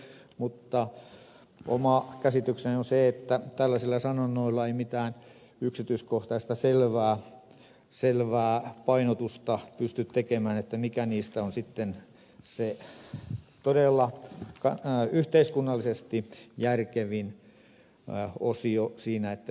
mutta oma käsitykseni on se että tällaisilla sanonnoilla ei mitään yksityiskohtaista selvää painotusta pysty tekemään mikä niistä on sitten todella se yhteiskunnallisesti järkevin osio siinä mitä tehdään